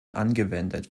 angewendet